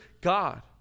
God